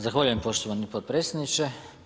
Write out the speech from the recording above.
Zahvaljujem poštovani podpredsjedniče.